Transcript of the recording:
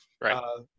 Right